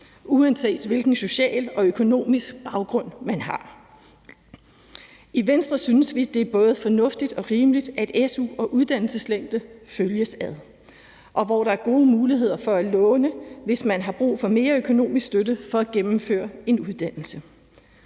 uanset hvilken social og økonomisk baggrund man har. I Venstre synes vi, det er både fornuftigt og rimeligt, at su- og uddannelseslængde følges ad, og at der er gode muligheder for at låne, hvis man brug for mere økonomisk støtte for at gennemføre en uddannelse.